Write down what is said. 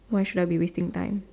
why should I be wasting time